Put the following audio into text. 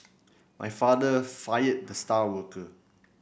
my father fired the star worker